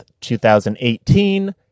2018